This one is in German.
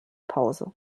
pause